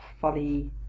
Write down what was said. folly